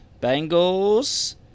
Bengals